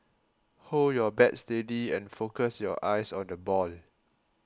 hold your bat steady and focus your eyes on the ball